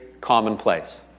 commonplace